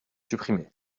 supprimer